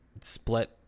split